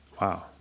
Wow